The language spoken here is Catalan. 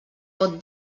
pot